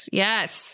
yes